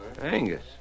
Angus